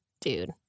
dude